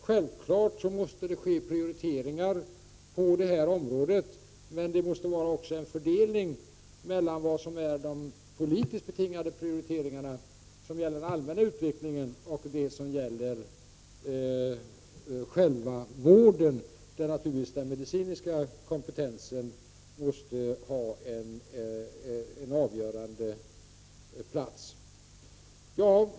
Självfallet måste det ske prioriteringar, men det måste också ske en fördelning mellan vad som är de politiskt betingade prioriteringarna som gäller den allmänna utvecklingen och vad som gäller själva vården där just den medicinska kompetensen har en avgörande plats.